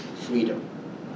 freedom